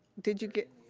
did you get?